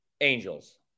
Angels